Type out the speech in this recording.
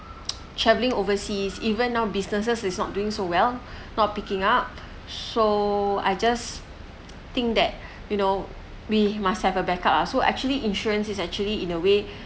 travelling overseas even now businesses is not doing so well not picking up so I just think that you know we must have a backup ah so actually insurance is actually in a way